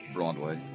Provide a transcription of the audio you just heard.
Broadway